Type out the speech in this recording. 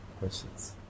questions